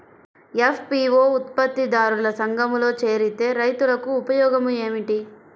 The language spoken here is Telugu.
ఎఫ్.పీ.ఓ ఉత్పత్తి దారుల సంఘములో చేరితే రైతులకు ఉపయోగము ఏమిటి?